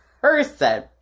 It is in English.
person